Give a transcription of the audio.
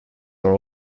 are